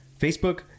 Facebook